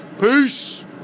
Peace